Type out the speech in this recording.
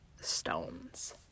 stones